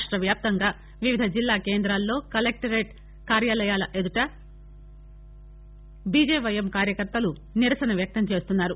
రాష్టవ్యాప్తంగా వివిధ జిల్లా కేంద్రాలలో కలెక్టర్ కార్యాలయాల ఎదుట బిజెవైఎం కార్యకర్తలు నిరసన వ్యక్తం చేస్తున్నారు